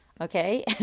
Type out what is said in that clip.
okay